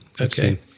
Okay